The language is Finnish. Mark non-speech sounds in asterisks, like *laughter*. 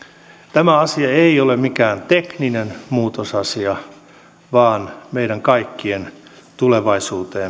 tämä asia ei ole mikään tekninen muutosasia vaan meidän kaikkien tulevaisuuteen *unintelligible*